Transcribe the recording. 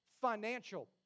financial